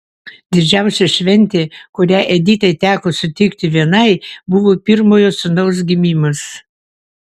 didžiausia šventė kurią editai teko sutikti vienai buvo pirmojo sūnaus gimimas